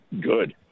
good